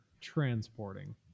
transporting